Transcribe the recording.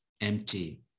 empty